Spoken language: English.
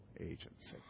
agency